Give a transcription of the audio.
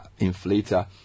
inflator